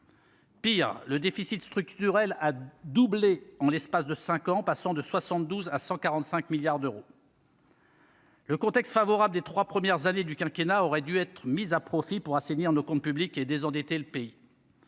Pire, le déficit structurel a doublé en l'espace de 5 ans, passant de 72 à 145 milliards d'euros. Le contexte favorable des 3 premières années du quinquennat aurait dû être mise à profit pour assainir nos comptes publics et désendetter le pays.